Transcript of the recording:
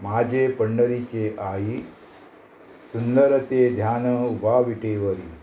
म्हाजे पंढरीचे आई सुंदर तें ध्यान उबा विठे वरी